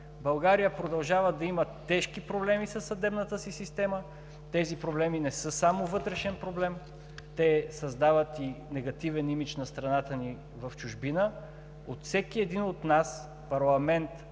България продължава да има тежки проблеми със съдебната си система. Тези проблеми не са само вътрешен проблем, те създават и негативен имидж на страната ни в чужбина. От всеки един от нас – парламент,